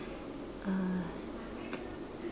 uh